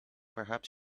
perhaps